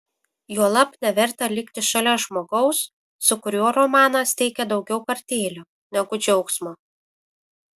juolab neverta likti šalia žmogaus su kuriuo romanas teikia daugiau kartėlio negu džiaugsmo